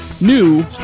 new